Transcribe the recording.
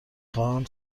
خواهم